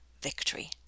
victory